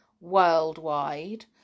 worldwide